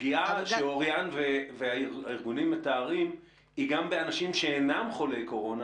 הפגיעה שאוריין והארגונים מתארים היא גם באנשים שאינם חולי קורונה.